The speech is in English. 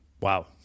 Wow